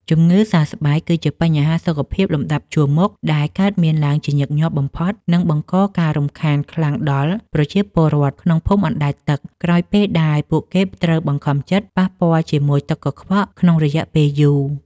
ជំងឺសើស្បែកគឺជាបញ្ហាសុខភាពលំដាប់ជួរមុខដែលកើតមានឡើងជាញឹកញាប់បំផុត និងបង្កការរំខានខ្លាំងដល់ប្រជាពលរដ្ឋក្នុងភូមិអណ្តែតទឹក ក្រោយពេលដែលពួកគេត្រូវបង្ខំចិត្តប៉ះពាល់ជាមួយទឹកកខ្វក់ក្នុងរយៈពេលយូរ។